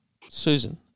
Susan